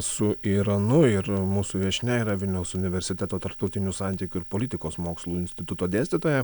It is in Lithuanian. su iranu ir mūsų viešnia yra vilniaus universiteto tarptautinių santykių ir politikos mokslų instituto dėstytoja